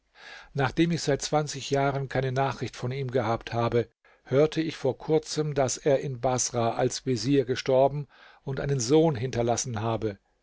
nachdem ich seit zwanzig jahren keine nachricht von ihm gehabt habe hörte ich vor kurzem daß er in baßrah als vezier gestorben und einen sohn hinterlassen habe